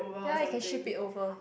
ya you can ship it over